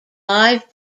live